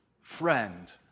friend